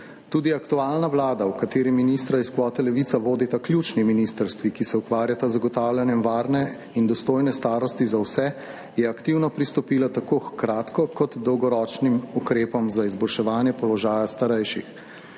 Tudi aktualna vlada, v kateri ministra iz kvote Levica vodita ključni ministrstvi, ki se ukvarjata z zagotavljanjem varne in dostojne starosti za vse, je aktivno pristopila tako h kratko- kot dolgoročnim ukrepom za izboljševanje položaja starejših.